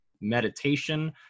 meditation